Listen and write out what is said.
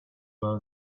well